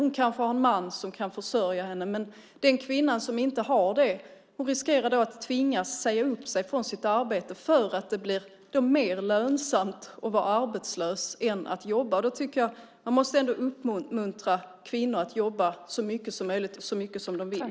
Hon kanske har en man som kan försörja henne, men den kvinna som inte har det riskerar att tvingas säga upp sig från sitt arbete för att det blir mer lönsamt att vara arbetslös än att jobba. Jag tycker att man måste uppmuntra kvinnor att jobba så mycket som möjligt och så mycket som de vill.